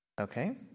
Okay